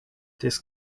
this